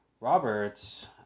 Roberts